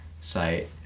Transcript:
site